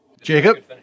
Jacob